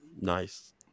Nice